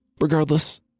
Regardless